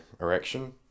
erection